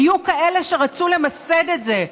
היו כאלה שרצו למסד את זה.